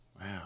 wow